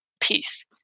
peace